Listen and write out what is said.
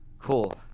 Cool